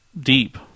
deep